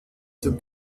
zum